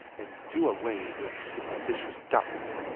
and do away with superstitious doubts.